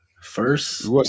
First